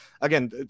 again